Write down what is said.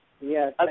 yes